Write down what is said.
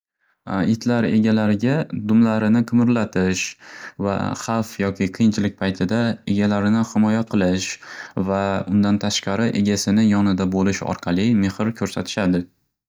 Itlar egalariga dumlarini qimirlatish va xavf yoki qiyinchilik paytida egalarini himoya qilish va undan tashqari egasini yonida bo'lish orqali mehr ko'rsatishadi.